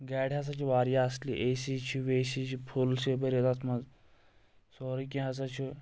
گاڑِ ہسا چھِ واریاہ اصلہِ اے سی چھُ وے سی چھُ فُل چھِ بٔرِتھ اتھ منٛزسورُے کینٛہہ ہسا چھُ